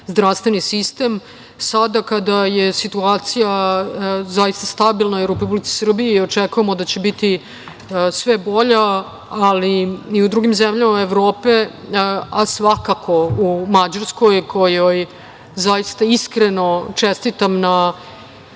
zdravstveni sistem. Sada, kada je situacija zaista stabilna u Republici Srbiji i očekujemo da će biti sve bolja, ali i u drugim zemljama Evrope, a svakako sa Mađarskom, kojoj zaista iskreno čestitam na